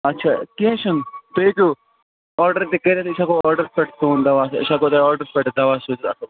اچھا کیٚنٛہہ چھُنہٕ تُہۍ ہیٚکِو آڈر تہِ کٔرتھ أسۍ ہیٚکو آڈرس پٮ۪ٹھ تُہند دوا أسۍ ہیٚکو تۄہہ آڈرس پٮ۪ٹھ تہِ دوا سوزِتھ اصٕل